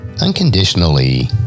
unconditionally